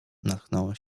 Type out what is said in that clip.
natknąłem